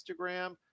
Instagram